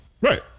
Right